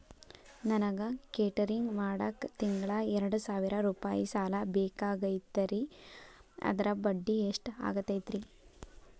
ನನಗ ಕೇಟರಿಂಗ್ ಮಾಡಾಕ್ ತಿಂಗಳಾ ಎರಡು ಸಾವಿರ ರೂಪಾಯಿ ಸಾಲ ಬೇಕಾಗೈತರಿ ಅದರ ಬಡ್ಡಿ ಎಷ್ಟ ಆಗತೈತ್ರಿ?